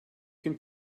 can